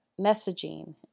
messaging